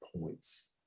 points